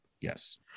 yes